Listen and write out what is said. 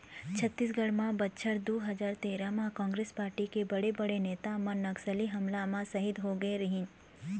छत्तीसगढ़ म बछर दू हजार तेरा म कांग्रेस पारटी के बड़े बड़े नेता मन नक्सली हमला म सहीद होगे रहिन